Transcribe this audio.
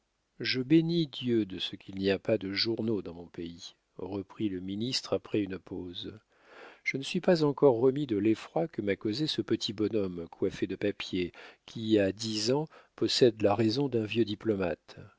je bénis dieu de ce qu'il n'y a pas de journaux dans mon pays reprit le ministre après une pause je ne suis pas encore remis de l'effroi que m'a causé ce petit bonhomme coiffé de papier qui à dix ans possède la raison d'un vieux diplomate